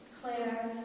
Claire